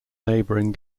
neighbouring